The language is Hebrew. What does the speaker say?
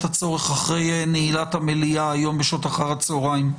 הצורך אחרי נעילת המליאה היום בשעות אחר הצוהריים.